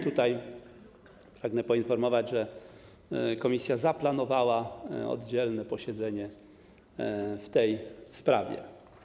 Tutaj pragnę poinformować, że komisja zaplanowała oddzielne posiedzenie w tej sprawie.